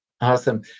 Awesome